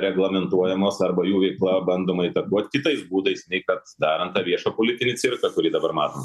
reglamentuojamos arba jų veikla bandoma įtakot kitais būdais nei kad darant tą viešą politinį cirką kurį dabar matom